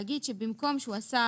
להגיד שבמקום שהוא עשה